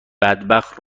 بدبخت